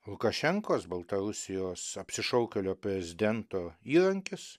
lukašenkos baltarusijos apsišaukėlio prezidento įrankis